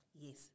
Yes